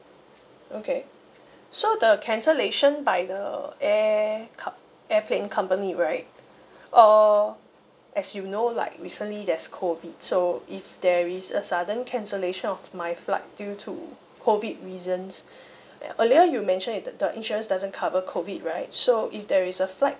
okay so the cancellation by the air com~ airplane company right err as you know like recently there's COVID so if there is a sudden cancellation of my flight due to COVID reasons uh earlier you mention it the the insurance doesn't cover COVID right so if there is a flight